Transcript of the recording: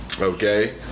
Okay